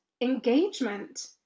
engagement